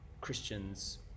Christians